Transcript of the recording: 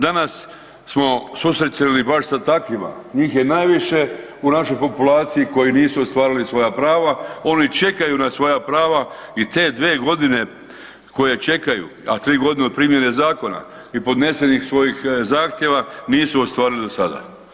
Danas smo se susretali baš sa takvima, njih je najviše u našoj populaciji koji nisu ostavili svoja prava, oni čekaju na svoja prava i te dve godine koje čekaju, a 3.g. od primjene zakona i podnesenih svojih zahtjeva nisu ostvarili do sada.